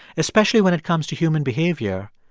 especially when it comes to human behavior,